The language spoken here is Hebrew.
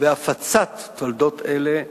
והפצת תולדות אלה,